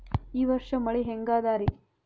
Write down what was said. ಈ ವರ್ಷ ಮಳಿ ಹೆಂಗ ಅದಾರಿ?